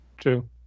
true